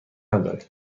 نداریم